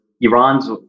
Iran's